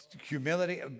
Humility